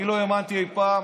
אני לא האמנתי אי פעם